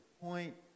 point